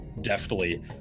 deftly